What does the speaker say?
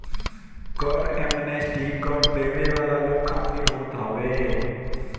कर एमनेस्टी कर देवे वाला लोग खातिर होत हवे